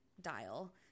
dial